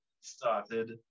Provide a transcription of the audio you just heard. started